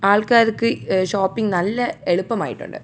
ആൾക്കാർക്ക് ഷോപ്പിംഗ് നല്ല എളുപ്പം ആയിട്ടുണ്ട്